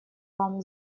вам